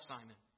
Simon